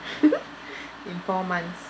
in four months